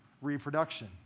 Reproduction